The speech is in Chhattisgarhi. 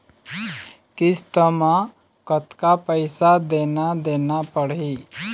किस्त म कतका पैसा देना देना पड़ही?